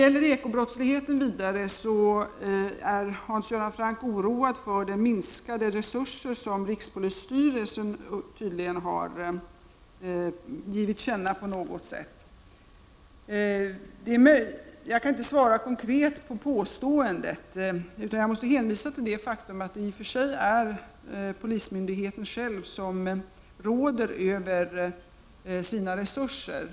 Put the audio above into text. Vidare är Hans Göran Franck oroad över de minskade resurser som rikspolisstyrelsen tydligen har givit till känna på något sätt. Jag kan inte svara konkret på påståendet, utan jag måste hänvisa till det faktum att det är polismyndigheten själv som råder över sina resurser.